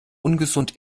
ungesund